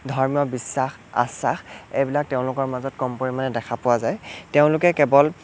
ধৰ্মীয় বিশ্বাস আশ্বাস এইবিলাক তেওঁলোকৰ মাজত কম পৰিমাণে দেখা পোৱা যায় তেওঁলোকে কেৱল